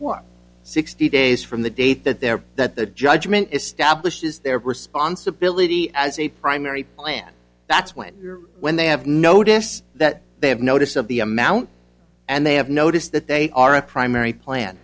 or sixty days from the date that they're that the judgment establishes their responsibility as a primary plan that's when when they have notice that they have notice of the amount and they have noticed that they are a primary plan